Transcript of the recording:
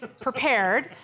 prepared